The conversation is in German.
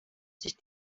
sich